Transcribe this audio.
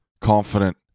confident